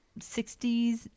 60s